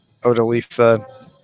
Odalisa